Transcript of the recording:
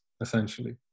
essentially